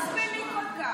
אל תסבלי כל כך.